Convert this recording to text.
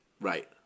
Right